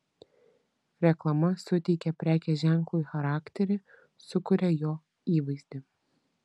reklama suteikia prekės ženklui charakterį sukuria jo įvaizdį